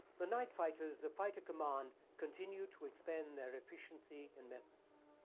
the night fighters of fighter command continued to expand their efficiency and methods.